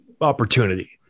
opportunity